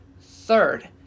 Third